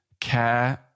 care